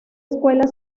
escuela